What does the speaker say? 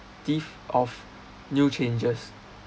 these of new changes